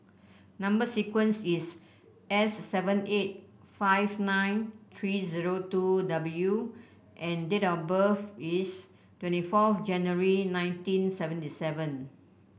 number sequence is S seven eight five nine three zero two W and date of birth is twenty four January nineteen seventy seven